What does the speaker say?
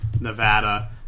Nevada